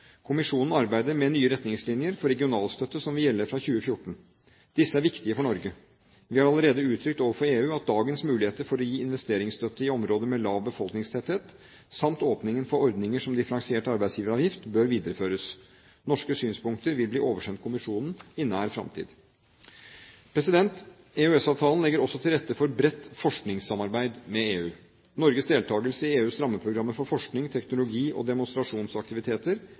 Kommisjonen arbeider med nye retningslinjer for regionalstøtte, som vil gjelde fra 2014. Disse er viktige for Norge. Vi har allerede uttrykt overfor EU at dagens muligheter for å gi investeringsstøtte i områder med lav befolkningstetthet, samt åpningen for ordninger som differensiert arbeidsgiveravgift, bør videreføres. Norske synspunkter vil bli oversendt kommisjonen i nær fremtid. EØS-avtalen legger også til rette for et bredt forskningssamarbeid med EU. Norges deltakelse i EUs rammeprogrammer for forskning, teknologi og demonstrasjonsaktiviteter